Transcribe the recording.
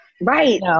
right